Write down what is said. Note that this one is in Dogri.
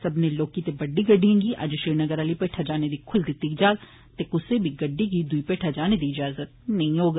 सब्बनें लौह्की ते बड्डी गड्डियें गी अज्ज श्रीनगर आली पेठा जाने दी ख्ल्ल दिती जाग ते क्सै बी गड्डी गी द्ई पेठा जाने दी इजाजत नेंई होग